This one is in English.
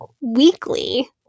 weekly